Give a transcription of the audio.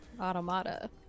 Automata